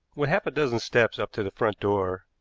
with half a dozen steps up to the front door,